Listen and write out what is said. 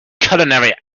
culinary